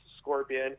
scorpion